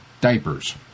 diapers